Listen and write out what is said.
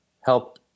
help